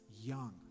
young